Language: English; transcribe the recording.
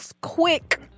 quick